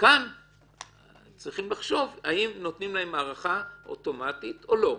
כאן צריכים לחשוב אם נותנים להם הארכה אוטומטית או לא.